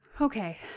Okay